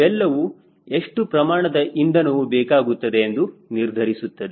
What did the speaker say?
ಇವೆಲ್ಲವೂ ಎಷ್ಟು ಪ್ರಮಾಣದ ಇಂಧನವು ಬೇಕಾಗುತ್ತದೆ ಎಂದು ನಿರ್ಧರಿಸುತ್ತದೆ